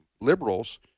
liberals